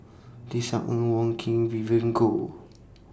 Tisa Ng Wong Keen Vivien Goh